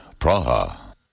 Praha